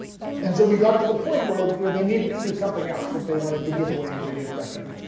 and so we got to the point where where they needed to do something else if they wanted to give away radio spectrum.